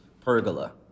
pergola